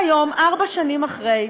והיום, ארבע שנים אחרי,